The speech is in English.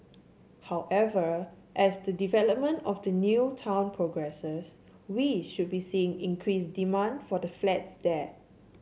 however as the development of the new town progresses we should be seeing increased demand for the flats there